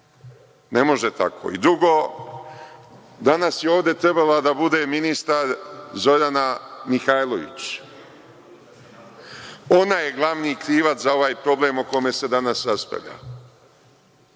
Ne može tako. Drugo, danas je ovde trebala da bude ministar Zorana Mihajlović. Ona je glavni krivac za ovaj problem o kome se danas raspravlja.